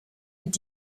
mit